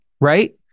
right